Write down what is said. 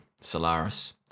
Solaris